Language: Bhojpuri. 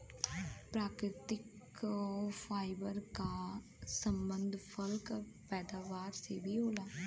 प्राकृतिक फाइबर क संबंध फल क पैदावार से भी होला